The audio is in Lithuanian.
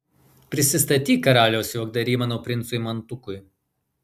prisistatyk karaliaus juokdary mano princui mantukui